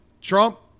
Trump